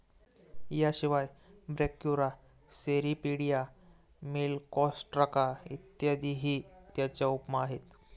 याशिवाय Brachyura, Cirripedia, Malacostraca इत्यादीही त्याच्या उपमा आहेत